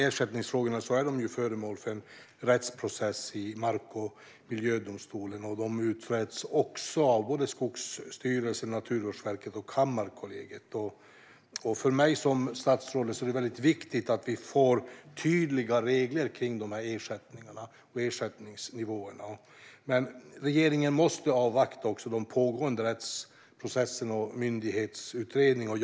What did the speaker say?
Ersättningsfrågorna är föremål för en rättsprocess i mark och miljödomstol. De utreds också av Skogsstyrelsen, Naturvårdsverket och Kammarkollegiet. För mig som statsråd är det väldigt viktigt att vi får tydliga regler kring ersättningarna och ersättningsnivåerna. Men regeringen måste avvakta de pågående rättsprocesserna och myndighetsutredningarna.